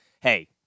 hey